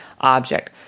object